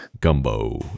Gumbo